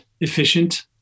efficient